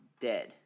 dead